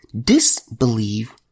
disbelieve